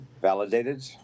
validated